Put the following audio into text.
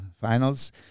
Finals